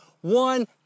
one